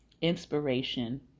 inspiration